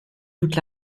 toute